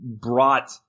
brought